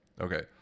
Okay